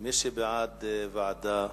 מי שבעד ועדה,